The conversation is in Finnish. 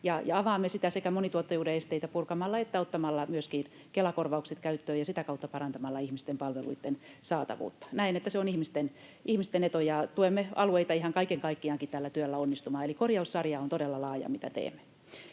avaamme sitä sekä monituottajuuden esteitä purkamalla että ottamalla myöskin Kela-korvaukset käyttöön ja sitä kautta parantamalla ihmisten palveluitten saatavuutta. Näen, että se on ihmisten etu, ja tuemme alueita ihan kaiken kaikkiaankin tällä työllä onnistumaan. Eli korjaussarja, mitä teemme,